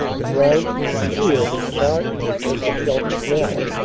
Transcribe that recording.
the ground should be cleared as far east as the scheidt canal.